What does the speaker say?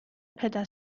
پدر